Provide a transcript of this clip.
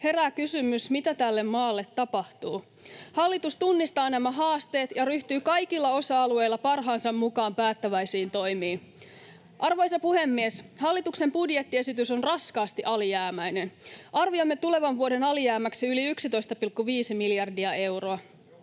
Herää kysymys, mitä tälle maalle tapahtuu. Hallitus tunnistaa nämä haasteet ja ryhtyy kaikilla osa-alueilla parhaansa mukaan päättäväisiin toimiin. Arvoisa puhemies! Hallituksen budjettiesitys on raskaasti alijäämäinen. Arvioimme tulevan vuoden alijäämäksi yli 11,5 miljardia euroa.